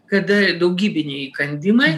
kada daugybiniai įkandimai